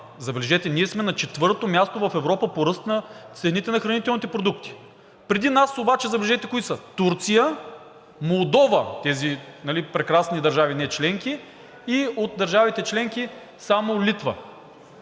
забележете, ние сме на четвърто място в Европа по ръст на цените на хранителните продукти, преди нас обаче забележете кои са – Турция, Молдова – тези прекрасни държави нечленки, и от държавите членки само Литва.